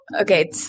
Okay